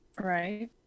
Right